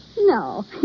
No